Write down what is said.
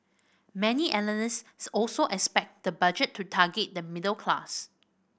many analysts also expect the Budget to target the middle class